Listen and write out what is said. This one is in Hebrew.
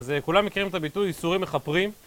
אז כולם מכירים את הביטוי? איסורים מחפרים